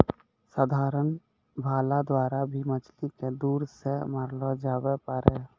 साधारण भाला द्वारा भी मछली के दूर से मारलो जावै पारै